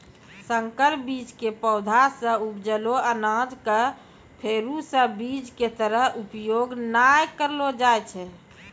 संकर बीज के पौधा सॅ उपजलो अनाज कॅ फेरू स बीज के तरह उपयोग नाय करलो जाय छै